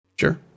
Sure